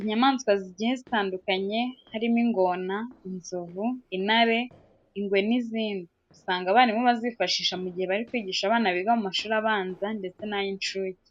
Inyamaswa zigiye zitandukanye harimo ingona, inzovu, intare, ingwe n'izindi usanga abarimu bazifashisha mu gihe bari kwigisha abana biga mu mashuri abanza ndetse n'ay'incuke.